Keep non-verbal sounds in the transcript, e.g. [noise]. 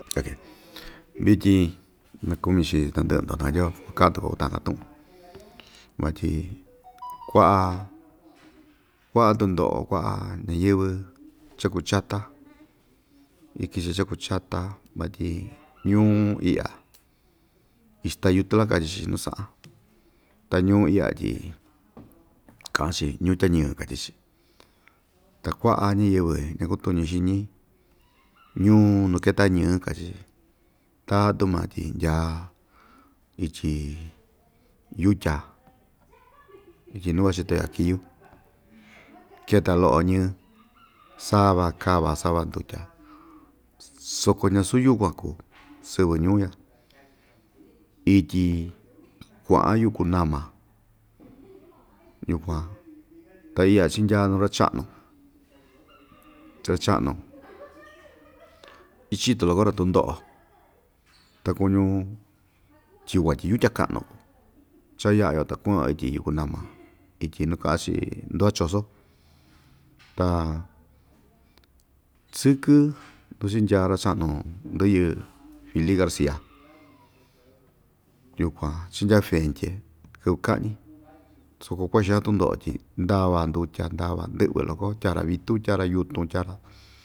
[noise] vityin nakumi chii tandɨ'ɨ‑ndo nakatyio kuaka'an tuku‑yo uta'an‑ka tu'un vatyi [noise] kua'a kua'a tundo'o kua'a ñayɨ́vɨ cha kuu chata ikichi cha kuu chata vatyi ñuu i'ya ixtayutla katyi‑chi nu sa'an ta ñuu i'ya tyi ka'an‑chi ñuu tyañɨɨ katyi‑chi ta kua'a ñayɨvɨ ñakutuñi xiñi ñuu nu keta ñɨɨ katyi‑chi ndaa tu maa tyi ndya ityi yutya ityi nu vachi toyaquiyu keta lo'o ñɨɨ sava kava sava ndutya soko ñasu yukuan kuu sɨvɨ ñuu ya ityi kua'an yukunama yukuan ta i'ya chindyaa nuu ra‑cha'nu cha cha'nu [noise] ichito loko‑ra tundo'o ta kuñu tyiyukuan tyi yutya ka'nu ku cha ya'a‑yo ta ku'un‑yo ityi yukunama ityi nu ka'an‑chi ndu'va chosó ta sɨkɨ nu chindya ra‑cha'nu ndɨyɨ fili garcia yukuan chindya fendye kɨvɨ ka'ñi soko kua'a xaan tundo'o tyi ndava ndutya ndava ndɨ'vɨ loko tyaa‑ra vitu tyaa‑ra yutun tyaa‑ra.